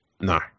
No